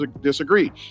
disagree